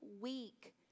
weak